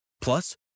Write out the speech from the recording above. Plus